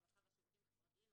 הרווחה והשירותים החברתיים,